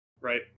right